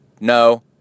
no